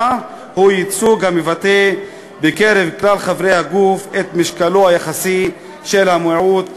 הוא ייצוג המבטא בקרב כלל חברי הגוף את משקלו היחסי של המיעוט באוכלוסייה.